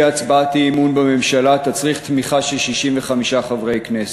הצבעת אי-אמון בממשלה תצריך תמיכה של 65 חברי כנסת.